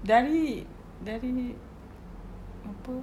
dari dari ini apa